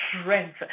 strength